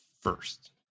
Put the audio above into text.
first